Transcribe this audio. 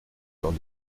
dans